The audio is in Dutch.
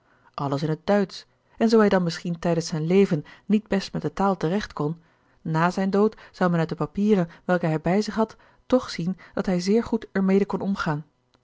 alles in het duitsch en zoo hij dan misschien tijdens zijn leven niet best met de taal te recht kon na zijn dood zou men uit de papieren welke hij bij zich had toch zien dat hij zeer goed er mede kon omgaan